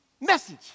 message